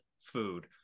food